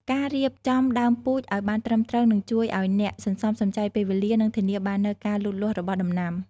ការរៀបចំដើមពូជឱ្យបានត្រឹមត្រូវនឹងជួយឱ្យអ្នកសន្សំសំចៃពេលវេលា និងធានាបាននូវការលូតលាស់របស់ដំណាំ។